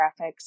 graphics